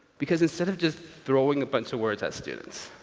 because, instead of just throwing a bunch of words at students,